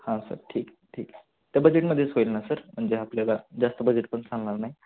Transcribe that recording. हां सर ठीक ठीक त्या बजेटमध्येच होईल ना सर म्हणजे आपल्याला जास्त बजेट पण चालणार नाही